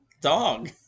dog